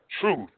truth